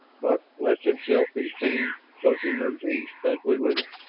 buck lets himself be seen, so she moves east, as we wish